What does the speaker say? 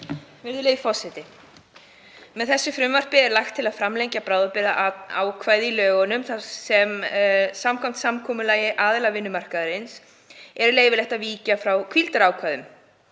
Virðulegi forseti. Með þessu frumvarpi er lagt til að framlengja bráðabirgðaákvæði í lögunum þar sem samkvæmt samkomulagi aðila vinnumarkaðarins er leyfilegt að víkja frá hvíldarákvæðum.